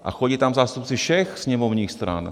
A chodí tam zástupci všech sněmovních stran.